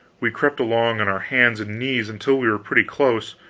we crept along on our hands and knees until we were pretty close,